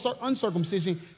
uncircumcision